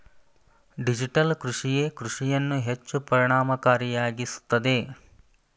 digital ಕೃಷಿಯೇ ಕೃಷಿಯನ್ನು ಹೆಚ್ಚು ಪರಿಣಾಮಕಾರಿಯಾಗಿಸುತ್ತದೆ